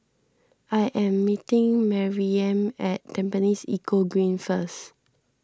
I am meeting Maryam at Tampines Eco Green first